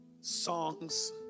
songs